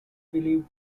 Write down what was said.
believed